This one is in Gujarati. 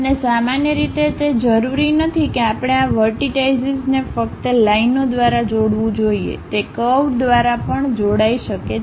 અને સામાન્ય રીતે તે જરૂરી નથી કે આપણે આ વર્ટિટાઈશીસને ફક્ત લાઈન ઓ દ્વારા જોડવું જોઈએ તે કવ દ્વારા પણ જોડાઈ શકે છે